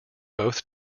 both